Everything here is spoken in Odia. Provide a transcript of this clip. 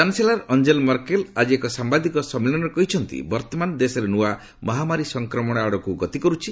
ଚାନ୍ସେଲର ଅଞ୍ଜେଲା ମର୍କେଲ୍ ଆଜି ଏକ ସାମ୍ଭାଦିକ ସମ୍ମିଳନୀରେ କହିଛନ୍ତି ବର୍ଭମାନ ଦେଶରେ ନୂଆ ମହାମାରୀ ସଂକ୍ରମଣ ଆଡ଼କୁ ଗତି କରୁଛି